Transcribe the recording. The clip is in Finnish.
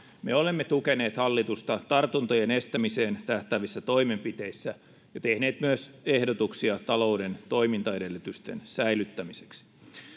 me olemme tukeneet hallitusta tartuntojen estämiseen tähtäävissä toimenpiteissä ja tehneet myös ehdotuksia talouden toimintaedellytysten säilyttämiseksi